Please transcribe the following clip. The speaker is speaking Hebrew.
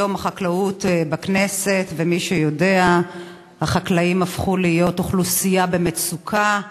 הכנסת, שעה 16:00 תוכן העניינים מסמכים